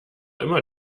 immer